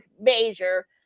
major